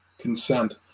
consent